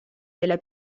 della